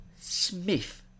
Smith